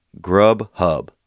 Grubhub